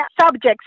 subjects